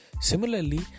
Similarly